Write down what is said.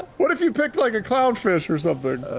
what if you picked, like, a clown fish or something?